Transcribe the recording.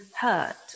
hurt